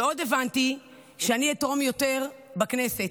ועוד הבנתי שאני אתרום יותר בכנסת,